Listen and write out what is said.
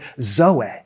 zoe